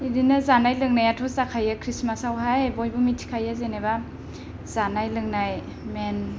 बिदिनो जानाय लोंनायाथ' जाखायो खृष्टमासावहाय बयबो मिथिखायो जेन'बा जानाय लोंनाय मेन